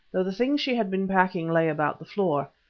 though the things she had been packing lay about the floor.